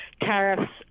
tariffs